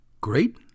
Great